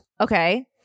Okay